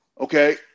okay